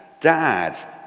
Dad